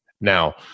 Now